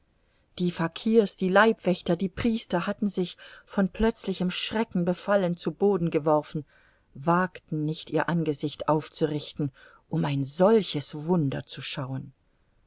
die fakirs die leibwächter die priester hatten sich von plötzlichem schrecken befallen zu boden geworfen wagten nicht ihr angesicht aufzurichten um ein solches wunder zu schauen